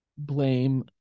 blame